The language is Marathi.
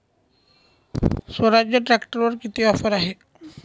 स्वराज ट्रॅक्टरवर किती ऑफर आहे?